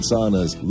Saunas